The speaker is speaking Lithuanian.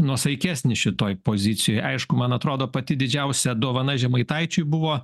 nuosaikesnis šitoj pozicijoj aišku man atrodo pati didžiausia dovana žemaitaičiui buvo